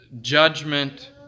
judgment